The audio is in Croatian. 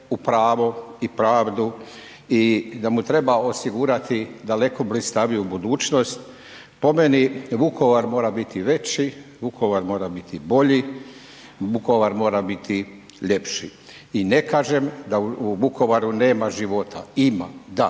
u pravo i pravdu i da mu treba osigurati daleko blistaviju budućnost. Po meni Vukovar mora biti veći, Vukovar mora biti bolji, Vukovar mora biti ljepši. I ne kažem da u Vukovaru nema života, ima da,